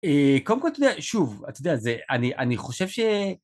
קודם כל אתה יודע שוב אתה יודע אני חושב ש...